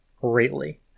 greatly